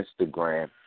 Instagram